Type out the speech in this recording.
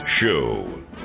Show